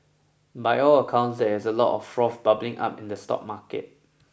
by all accounts there is a lot of froth bubbling up in the stock market